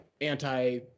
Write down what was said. anti